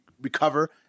recover